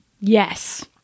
Yes